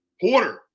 Porter